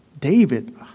David